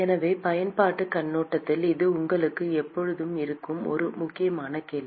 எனவே பயன்பாட்டுக் கண்ணோட்டத்தில் இது உங்களுக்கு எப்போதும் இருக்கும் ஒரு முக்கியமான கேள்வி